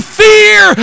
fear